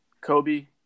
Kobe